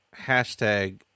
hashtag